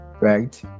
right